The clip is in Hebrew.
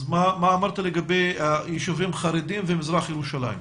מה אמרת לגבי יישובים חרדיים ומזרח ירושלים?